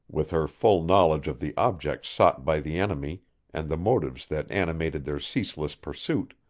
with her full knowledge of the objects sought by the enemy and the motives that animated their ceaseless pursuit,